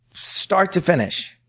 start to finish.